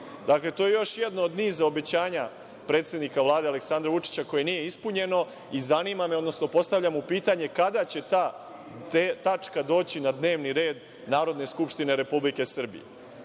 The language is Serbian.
to je još jedno od niza obećanja predsednika Vlade Aleksandra Vučića koje nije ispunjeno i zanima me, odnosno postavljam mu pitanje - kada će ta tačka doći na dnevni red Narodne skupštine Republike Srbije?